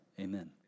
Amen